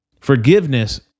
Forgiveness